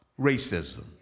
racism